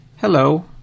hello